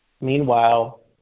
meanwhile